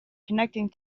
connecting